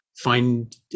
Find